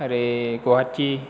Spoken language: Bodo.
ओरै गुवाहाटी